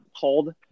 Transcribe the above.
called